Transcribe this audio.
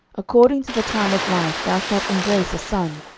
according to the time of life, thou shalt embrace a son.